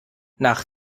nach